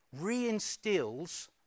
reinstills